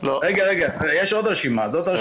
רגע, יש עוד רשימה, זאת הרשימה הראשונה.